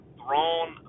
thrown